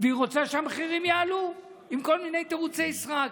והיא רוצה שהמחירים יעלו, עם כל מיני תירוצי סרק.